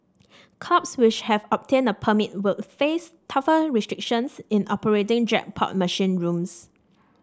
clubs which have obtained a permit will face tougher restrictions in operating jackpot machine rooms